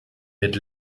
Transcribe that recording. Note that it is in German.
mit